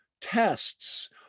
tests